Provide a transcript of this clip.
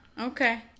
Okay